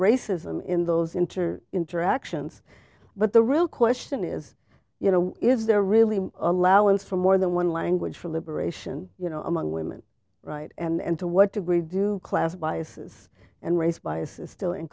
racism in those internet interactions but the real question is you know is there really allowance for more than one language for liberation you know among women right and to what degree do class biases and race biases still